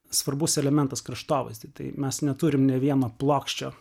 svarbus elementas kraštovaizdy tai mes neturim ne vieno plokščio